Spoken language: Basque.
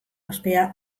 ospea